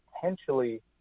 potentially